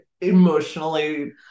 emotionally